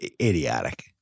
idiotic